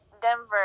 Denver